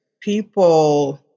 People